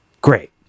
great